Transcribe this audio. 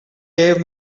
gave